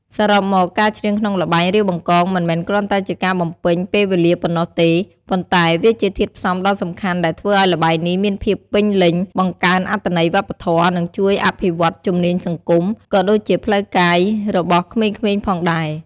សរុបមក ការច្រៀងក្នុងល្បែង រាវបង្កង មិនមែនគ្រាន់តែជាការបំពេញពេលវេលាប៉ុណ្ណោះទេ ប៉ុន្តែវាជាធាតុផ្សំដ៏សំខាន់ដែលធ្វើឱ្យល្បែងនេះមានភាពពេញលេញ បង្កើនអត្ថន័យវប្បធម៌ និងជួយអភិវឌ្ឍជំនាញសង្គម ក៏ដូចជាផ្លូវកាយរបស់ក្មេងៗផងដែរ។